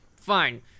Fine